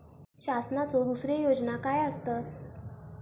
शासनाचो दुसरे योजना काय आसतत?